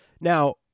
Now